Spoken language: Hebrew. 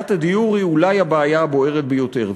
בעיית הדיור היא אולי הבעיה הבוערת ביותר.